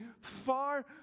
far